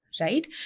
Right